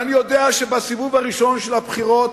ואני יודע שבסיבוב הראשון של הבחירות